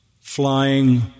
flying